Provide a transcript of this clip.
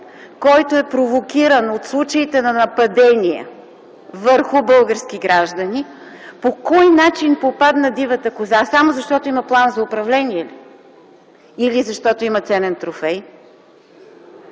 който е провокиран от случаите на нападение върху български граждани? По кой начин попадна дивата коза? Само защото има план за управление или защото има ценен трофей?